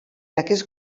aquest